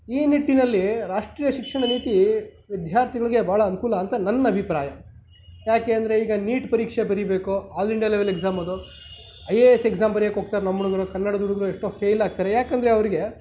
ಈ ನಿಟ್ಟಿನಲ್ಲಿ ರಾಷ್ಟ್ರೀಯ ಶಿಕ್ಷಣ ನೀತಿ ವಿದ್ಯಾರ್ಥಿಗಳಿಗೆ ಭಾಳ ಅನುಕೂಲ ಅಂತ ನನ್ನ ಅಭಿಪ್ರಾಯ ಏಕೆ ಅಂದರೆ ಈಗ ನೀಟ್ ಪರೀಕ್ಷೆ ಬರೀಬೇಕು ಆಲ್ ಇಂಡಿಯಾ ಲೆವೆಲಲ್ಲಿ ಎಗ್ಸಾಮ್ ಅದು ಐ ಎ ಎಸ್ ಎಗ್ಸಾಮ್ ಬರೆಯೋಕೆ ಹೋಗ್ತಾರೆ ನಮ್ಮ ಹುಡುಗರು ಕನ್ನಡದ ಹುಡುಗರು ಎಷ್ಟೋ ಫೇಲ್ ಆಗ್ತಾರೆ ಏಕೆಂದ್ರೆ ಅವರಿಗೆ